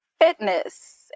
fitness